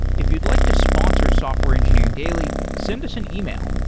if you'd like to sponsor software engineering daily, send us an email,